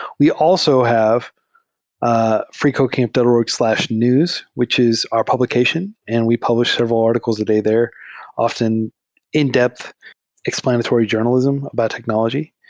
we also have ah freecodecamp dot org slash news, which is our publication, and we publish several articles a day there often in-depth explanatory journa lism, biotechnology.